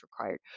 required